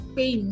pay